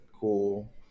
cool